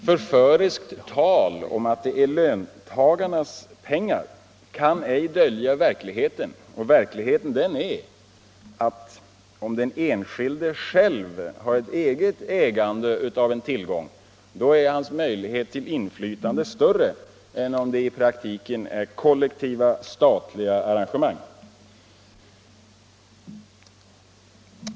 Förföriskt tal om att det är fråga om ”löntagarnas pengar” kan inte dölja verkligheten, nämligen att om den enskilde själv äger en tillgång är hans möjlighet till inflytande i praktiken större än vid kollektiva statliga arrangemang.